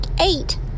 eight